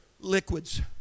liquids